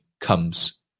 comes